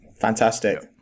Fantastic